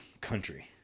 country